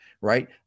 Right